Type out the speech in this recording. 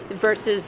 versus